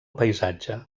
paisatge